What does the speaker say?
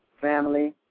family